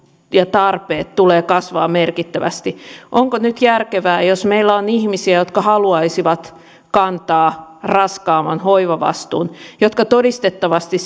ja tarpeet tulevat kasvamaan merkittävästi onko nyt järkevää ja meillä tässä tilanteessa varaa siihen jos meillä on ihmisiä jotka haluaisivat kantaa raskaamman hoivavastuun ja jotka todistettavasti